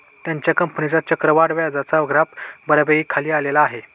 त्याच्या कंपनीचा चक्रवाढ व्याजाचा ग्राफ बऱ्यापैकी खाली आलेला आहे